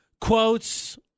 quotes